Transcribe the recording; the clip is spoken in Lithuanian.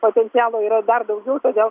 potencialo yra dar daugiau todėl